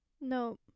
No